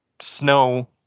snow